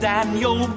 Daniel